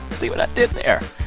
see what i did there?